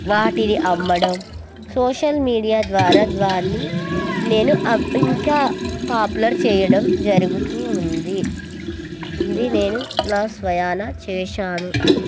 వాటిని అమ్మడం social media ద్వారా దాన్ని నేను ఇంకా పాపులర్ చేయడం జరుగుతూ ఉంది ఇది నేను నా స్వయానా చేసాను